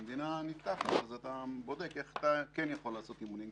כשהמדינה נפתחת אתה בודק איך אתה יכול לעשות אימונים.